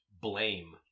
blame